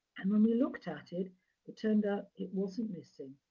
and when we looked at it, it turned out it wasn't missing.